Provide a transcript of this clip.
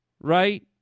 right